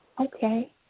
Okay